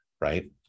right